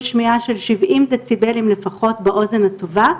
שמיעה של שבעים דציבלים לפחות באוזן הטובה,